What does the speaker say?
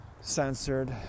censored